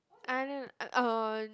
I didn't uh uh